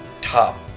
top